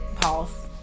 pause